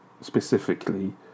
specifically